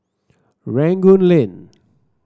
Rangoon Lane